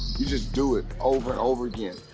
you just do it over and over again.